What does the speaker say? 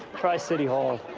try city hall.